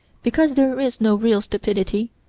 because there is no real stupidity,